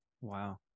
Wow